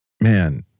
man